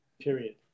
period